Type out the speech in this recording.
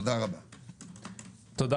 תודה רבה.